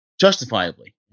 Justifiably